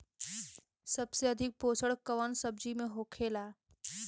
सबसे अधिक पोषण कवन सब्जी में होखेला?